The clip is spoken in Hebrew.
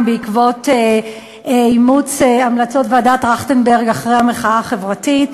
בעקבות אימוץ המלצות ועדת טרכטנברג אחרי המחאה החברתית,